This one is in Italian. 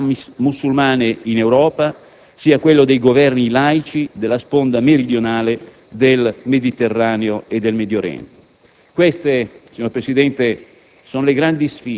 nelle comunità musulmane in Europa, sia quello dei Governi laici della sponda meridionale del Mediterraneo e del Medioriente.